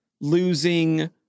losing